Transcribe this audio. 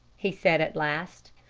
he said at last.